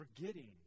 forgetting